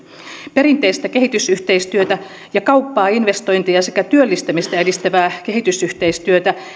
perinteistä kehitysyhteistyötä ja kauppaa investointeja sekä työllistämistä edistävää kehitysyhteistyötä